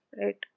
right